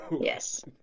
yes